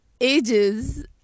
ages